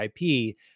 IP